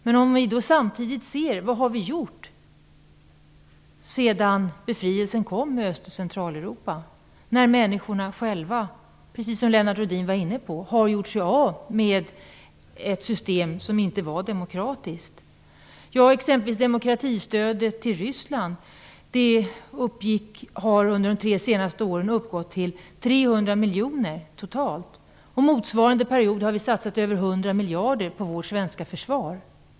Men vi kan samtidigt se på vad vi har gjort sedan befrielsen kom i Öst och Centraleuropa, när människorna själva - precis som Lennart Rohdin var inne på - gjort sig av med ett system som inte var demokratiskt. Demokratistödet till Ryssland exempelvis har under de tre senaste åren uppgått till 300 miljoner kronor totalt, och under motsvarande period har vi satsat över 100 miljarder kronor på vårt svenska försvar.